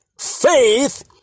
faith